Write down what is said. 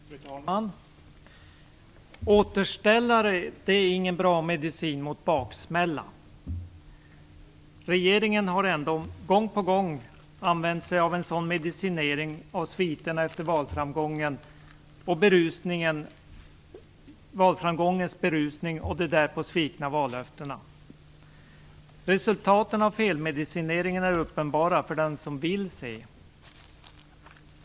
Fru talman! Återställare är ingen bra medicin mot baksmälla. Regeringen har ändå gång på gång använt sig av en sådan medicinering för sviterna efter valframgångens berusning och de därpå svikna vallöftena. Resultaten av felmedicineringen är uppenbara för den som vill se dem.